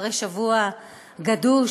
אחרי שבוע גדוש,